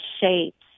shapes